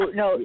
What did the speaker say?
no